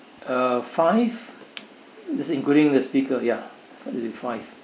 uh five is it including the speaker ya uh five